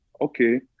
okay